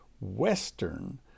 Western